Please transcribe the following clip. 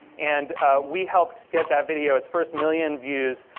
and we helped get that video its first million views.